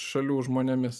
šalių žmonėmis